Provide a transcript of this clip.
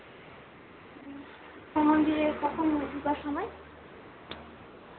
ও মন্দিরে কখন সময়